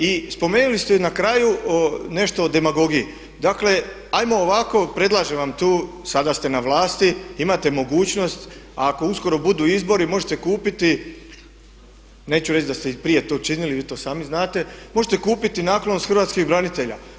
I spomenuli ste na kraju nešto o demagogiji, dakle ajmo ovako, predlažem vam tu sada ste na vlasti, imate mogućnost ako uskoro budu izbori možete kupiti, neću reći da ste i prije to činili, vi to sami znate, možete kupiti naklonost Hrvatskih branitelja.